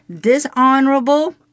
dishonorable